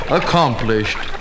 accomplished